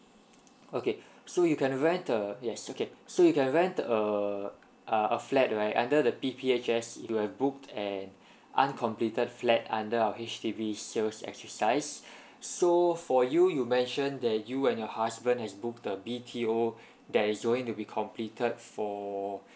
okay so you can rent the yes okay so you can rent the uh ah a flat right under the P_P_H_S you have booked an uncompleted flat under our H_D_B sales exercise so for you you mention that you and your husband has booked the B_T_O that is going to be completed for